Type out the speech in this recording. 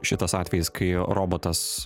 šitas atvejis kai robotas